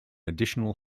additional